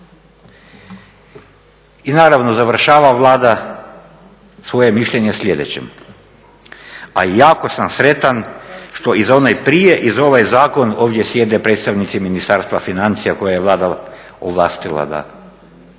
I naravno završava Vlada svoje mišljenje sljedećim, a jako sam sretan što i za onaj prije i za ovaj zakon ovdje sjede predstavnici Ministarstva financija koje je Vlada ovlastila da